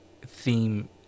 theme